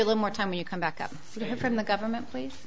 a little more time you come back up from the government please